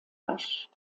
rasch